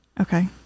Okay